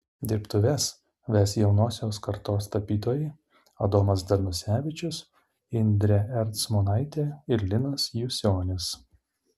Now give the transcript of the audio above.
dirbtuves ves jaunosios kartos tapytojai adomas danusevičius indrė ercmonaitė ir linas jusionis